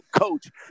coach